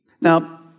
Now